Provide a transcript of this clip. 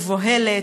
מבוהלת,